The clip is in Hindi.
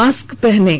मास्क पहनें